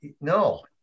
no